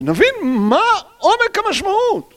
נבין מה עומק המשמעות